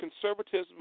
conservatism